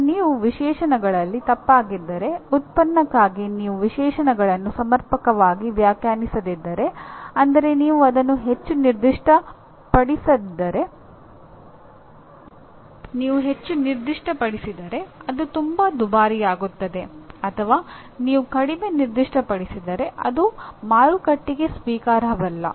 ಮತ್ತು ನೀವು ವಿಶೇಷಣಗಳಲ್ಲಿ ತಪ್ಪಾಗಿದ್ದರೆ ಉತ್ಪನ್ನಕ್ಕಾಗಿ ನಿಮ್ಮ ವಿಶೇಷಣಗಳನ್ನು ಸಮರ್ಪಕವಾಗಿ ವ್ಯಾಖ್ಯಾನಿಸದಿದ್ದರೆ ಅಂದರೆ ನೀವು ಅದನ್ನು ಹೆಚ್ಚು ನಿರ್ದಿಷ್ಟಪಡಿಸಿದರೆ ಅದು ತುಂಬಾ ದುಬಾರಿಯಾಗುತ್ತದೆ ಅಥವಾ ನೀವು ಕಡಿಮೆ ನಿರ್ದಿಷ್ಟಪಡಿಸಿದರೆ ಅದು ಮಾರುಕಟ್ಟೆಗೆ ಸ್ವೀಕಾರಾರ್ಹವಲ್ಲ